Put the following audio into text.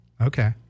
Okay